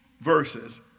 verses